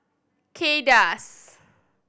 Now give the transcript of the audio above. Kay Das